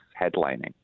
headlining